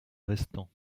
restant